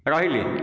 ରହିଲି